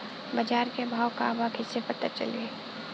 बाजार के भाव का बा कईसे पता चली?